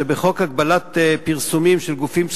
שבחוק הגבלת פרסומים של גופים ציבוריים,